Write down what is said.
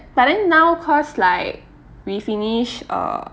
but then now cause like we finish uh